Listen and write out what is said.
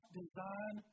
design